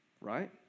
Right